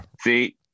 See